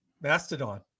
Mastodon